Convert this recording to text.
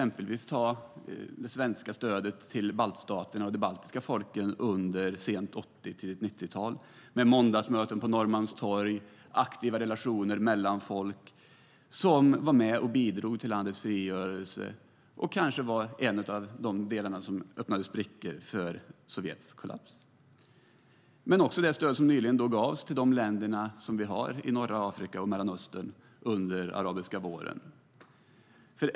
Vi kan titta på det svenska stödet till baltstaterna och de baltiska folken under sent 80-tal och tidigt 90-tal, med måndagsmöten på Norrmalmstorg, och aktiva relationer mellan folk, som bidrog till ländernas frigörelse och kan ha varit en av de delar som öppnade sprickor för Sovjetunionens kollaps. Vi kan också se på det stöd som nyligen gavs till länderna i norra Afrika och Mellanöstern under den arabiska våren.